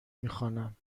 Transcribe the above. میخوانم